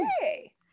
Hey